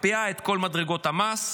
מקפיאה את כל מדרגות המס,